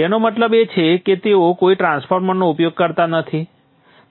તેનો મતલબ એ છે કે તેઓ કોઈ ટ્રાન્સફોર્મરનો ઉપયોગ કરતા નથી